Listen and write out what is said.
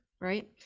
right